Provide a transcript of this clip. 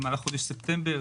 במהלך חודש ספטמבר,